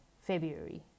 February